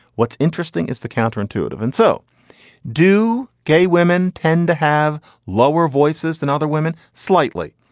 what's interesting is the counterintuitive. and so do gay women tend to have lower voices than other women? slightly,